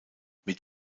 mit